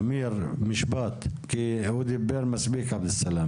אמיר, בבקשה, במשפט כי אבי סאלם דיבר מספיק.